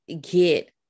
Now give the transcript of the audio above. get